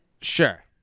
sure